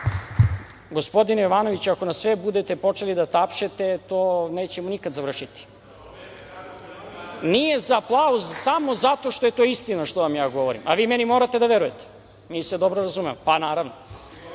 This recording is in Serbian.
gospodine Jovanoviću, ako nas sve budete počeli da tapšete nećemo nikada završiti. Nije za aplauz samo zato što je to istina što vam ja govorim, a vi meni morate da verujete, mi se dobro razumemo, pa naravno.